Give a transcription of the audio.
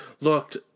looked